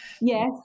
Yes